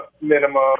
minimum